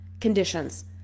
conditions